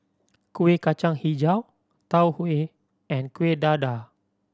Kuih Kacang Hijau Tau Huay and Kuih Dadar